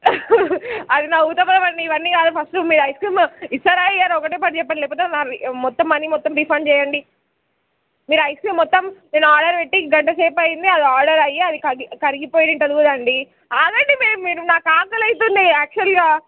అది నవ్వుతామా ఇవన్నీ ఇవన్నీ కాదు ఫస్టు మీరు ఐస్ క్రీం ఇస్తారా ఇవ్వరా ఒకటే పని చెప్పండి లేకపోతే మావి మొత్తం మనీ మొత్తం రీఫండ్ చెయ్యండి మీరు ఐస్ క్రీం మొత్తం నేను ఆర్డర్ పెట్టి గంట సేపయ్యింది అది ఆర్డర్ అయ్యి అది కగి కరిగి పోయుంటుందండి కూడా అండి ఆగండి మీరు నాకు ఆకలవుతుంది యాక్చ్వల్గా